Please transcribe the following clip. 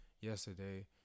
Yesterday